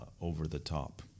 over-the-top